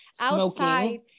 outside